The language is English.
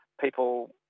people